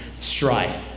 strife